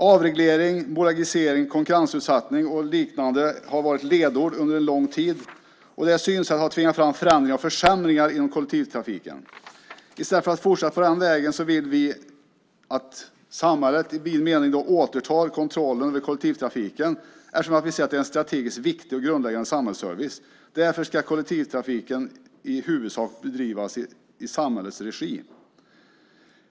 Avreglering, bolagisering, konkurrensutsättning och liknande har under en lång tid varit ledord. Det synsättet har tvingat fram förändringar och försämringar inom kollektivtrafiken. I stället för att fortsätta på den vägen vill vi att samhället i vid mening återtar kontrollen över kollektivtrafiken eftersom vi ser den som en strategiskt viktig och grundläggande samhällsservice. Därför ska kollektivtrafiken i huvudsak bedrivas i samhällets regi.